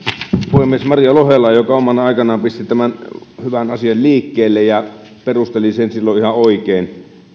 puhemies maria lohelaa joka omana aikanaan pisti tämän hyvän asian liikkeelle ja perusteli sen silloin ihan oikein